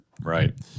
right